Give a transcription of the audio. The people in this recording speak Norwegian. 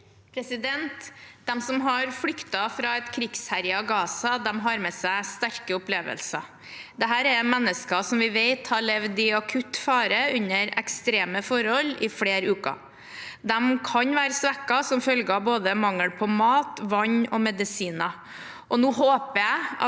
De som har flyktet fra et krigsherjet Gaza, har med seg sterke opplevelser. Dette er mennesker som vi vet har levd i akutt fare under ekstreme forhold i flere uker. De kan være svekket som følge av mangel på både mat, vann og medisiner. Jeg håper de